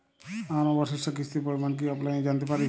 আমার অবশিষ্ট কিস্তির পরিমাণ কি অফলাইনে জানতে পারি?